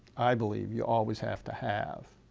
i believe, you always have to have.